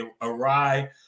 awry